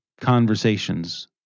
conversations